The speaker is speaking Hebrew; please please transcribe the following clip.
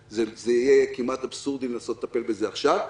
שיהיה כמעט אבסורדי לנסות לטפל בזה עכשיו.